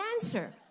answer